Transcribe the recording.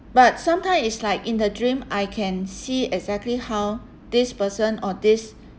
but sometimes it's like in the dream I can see exactly how this person or this